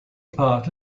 part